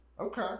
okay